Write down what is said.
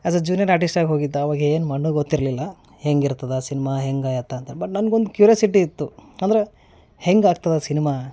as a junior ಆರ್ಟಿಸ್ಟಾಗಿ ಹೋಗಿದ್ದು ಅವಾಗೇನು ಮಣ್ಣು ಗೊತ್ತಿರಲಿಲ್ಲ ಹೆಂಗಿರ್ತದೆ ಸಿನ್ಮಾ ಹೆಂಗೆ ಎತ್ತ ಅಂತ ಬಟ್ ನನ್ಗೆ ಒಂದು ಕ್ಯೂರ್ಯೋಸಿಟಿ ಇತ್ತು ಅಂದ್ರೆ ಹೆಂಗೆ ಆಗ್ತದೆ ಸಿನ್ಮಾ